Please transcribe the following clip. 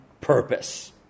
purpose